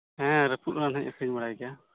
ᱦᱮᱸ ᱨᱟᱹᱯᱩᱫ ᱨᱮᱱᱟᱜ ᱨᱟᱱ ᱦᱩᱧ ᱟᱹᱠᱷᱨᱤᱧ ᱵᱟᱲᱟᱭ ᱜᱮᱭᱟ